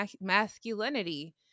masculinity